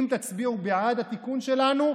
אם תצביעו בעד התיקון שלנו,